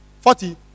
Forty